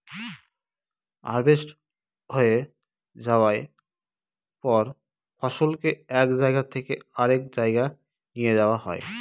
harvest হয়ে যায়ার পর ফসলকে এক জায়গা থেকে আরেক জাগায় নিয়ে যাওয়া হয়